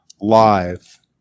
live